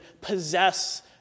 possess